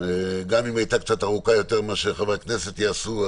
גם אם היא הייתה קצת יותר ארוכה מאשר מה שחברי הכנסת יעשו,